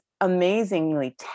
amazingly